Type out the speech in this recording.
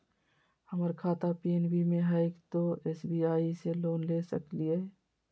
हमर खाता पी.एन.बी मे हय, तो एस.बी.आई से लोन ले सकलिए?